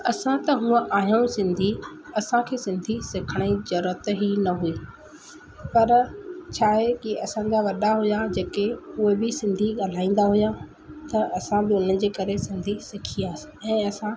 असां त हूंअं आहियूं सिंधी असांखे सिंधी सिखण जी ज़रूरत ई न हुई पर छा आहे की असांजा वॾा हुआ जेके उहे बि सिंधी ॻाल्हाईंदा हुआ त असां बि उन्हनि जे करे सिंधी सिखी वियासीं ऐं असां